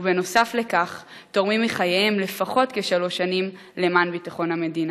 ובנוסף לכך תורמים מחייהם לפחות כשלוש שנים למען ביטחון המדינה.